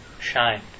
shine